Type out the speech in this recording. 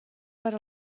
per